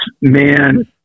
man